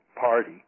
party